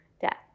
death